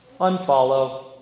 unfollow